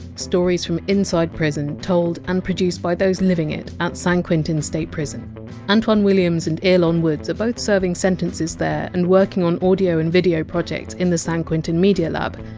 stories from inside prison, told and produced by those living it at san quentin state prison antwan williams and earlonne woods are both serving sentences there and working on audio and video projects in the san quentin media lab,